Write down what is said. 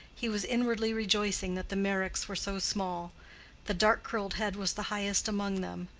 he was inwardly rejoicing that the meyricks were so small the dark-curled head was the highest among them.